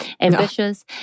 Ambitious